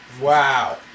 Wow